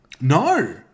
No